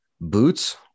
Boots